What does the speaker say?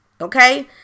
Okay